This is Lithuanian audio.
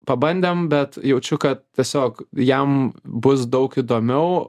pabandėm bet jaučiu kad tiesiog jam bus daug įdomiau